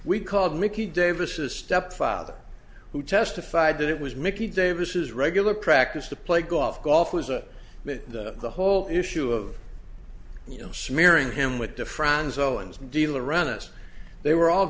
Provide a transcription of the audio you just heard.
we called mickey davis stepfather who testified that it was mickey davis's regular practice to play golf golf was a myth the whole issue of you know smearing him with the fronds owens deal around us they were all